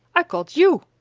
i caught you!